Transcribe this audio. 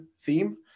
theme